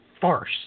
farce